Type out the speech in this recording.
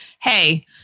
Hey